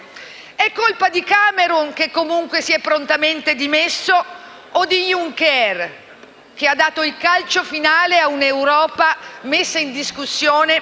È colpa di Cameron che, comunque, si è prontamente dimesso? O di Juncker, che ha dato il calcio finale a un'Europa messa in discussione